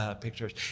pictures